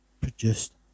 produced